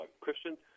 Christian